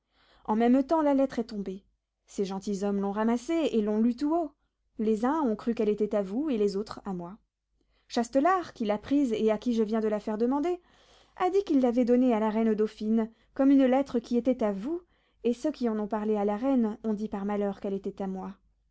en même temps la lettre est tombée ces gentilshommes l'ont ramassée et l'ont lue tout haut les uns ont cru qu'elle était à vous et les autres à moi châtelart qui l'a prise et à qui je viens de la faire demander a dit qu'il l'avait donnée à la reine dauphine comme une lettre qui était à vous et ceux qui en ont parlé à la reine ont dit par malheur qu'elle était à moi